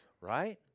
right